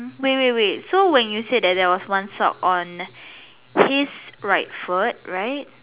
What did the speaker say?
oh wait wait wait so when you said that there was one shop on his right foot right